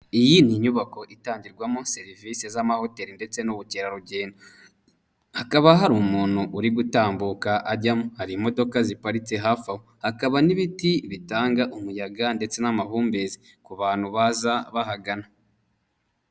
Iyi ni inyubako itangirwamo serivisi z'amahoteli ndetse n'ubukerarugendo, hakaba hari umuntu uri gutambuka ajyamo, hari imodoka ziparitse hafi aho, hakaba n'ibiti bitanga umuyaga ndetse n'amahumbezi ku bantu baza bahagana.